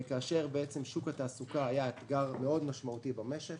שוק התעסוקה היה אתגר משמעותי מאוד במשק,